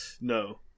no